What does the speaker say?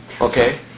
okay